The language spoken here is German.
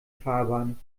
fahrbahn